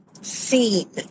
seen